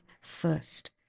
first